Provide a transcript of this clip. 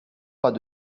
pas